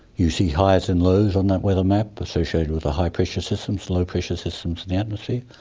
you see highs and lows on that weather map associated with a high pressure systems, low pressure systems in the atmosphere.